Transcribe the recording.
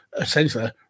essentially